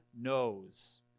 knows